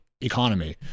economy